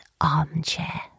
armchair